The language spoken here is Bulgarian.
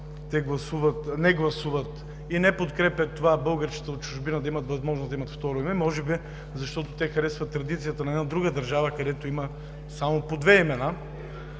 в зала те не гласуват и не подкрепят това българчетата в чужбина да имат възможност да имат второ име, може би защото те харесват традицията на една друга държава, където има само по две имена.